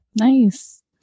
Nice